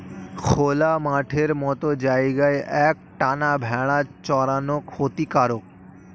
খোলা মাঠের মত জায়গায় এক টানা ভেড়া চরানো ক্ষতিকারক